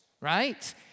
right